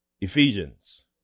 Ephesians